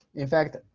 in fact,